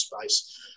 space